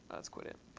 let's quit it.